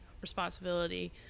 responsibility